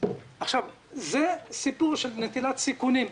זה סיפור של נטילת סיכונים.